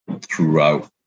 throughout